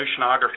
oceanography